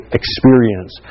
experience